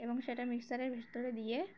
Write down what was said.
এবং সেটা মিক্সারের ভেতরে দিয়ে